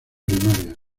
primaria